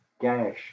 gash